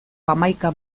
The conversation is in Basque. hamaika